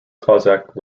cossack